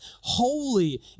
holy